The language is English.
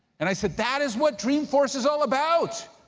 and i said, that is what dreamforce is all about,